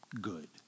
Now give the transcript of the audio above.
good